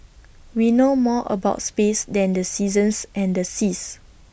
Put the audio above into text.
we know more about space than the seasons and the seas